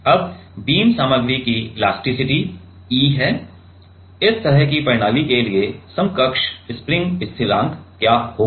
अब बीम सामग्री की एलास्टिसिटी E है इस तरह की प्रणाली के लिए समकक्ष स्प्रिंग स्थिरांक क्या होगा